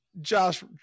Josh